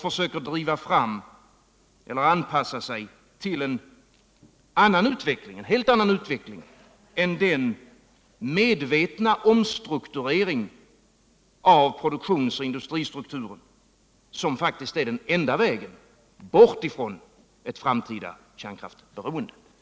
Centern försöker anpassa sig till en helt annan utveckling än den medvetna omstrukturering av produktions och industristrukturen, som faktiskt är den enda vägen bort ifrån ett framtida kärnkraftberoende.